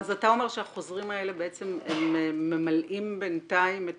אז אתה אומר שהחוזרים האלה בעצם ממלאים בינתיים את